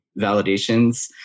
validations